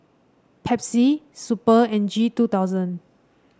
Pepsi Super and G two thousand